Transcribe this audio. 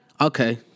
Okay